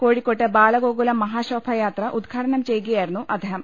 കോഴിക്കോട്ട് ബാലഗോകുലം മഹാശോഭയാത്ര ഉദ്ഘാടനം ചെയ്യുകയായിരുന്നു അദ്ദേഹം